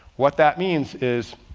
what that means is